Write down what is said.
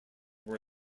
were